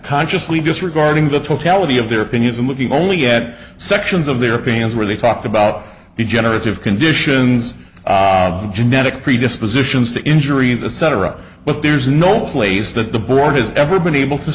consciously disregarding the totality of their opinions and looking only at sections of their opinions where they talked about regenerative conditions genetic predispositions to injuries etc but there's no place that the board has ever been able t